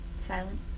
Silent